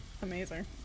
amazing